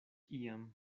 iam